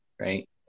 right